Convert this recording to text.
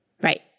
Right